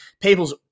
Peoples